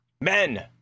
men